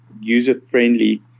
user-friendly